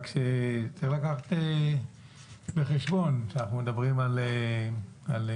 רק שצריך לקחת בחשבון שאנחנו